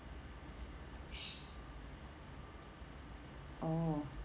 orh